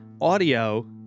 audio